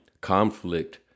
conflict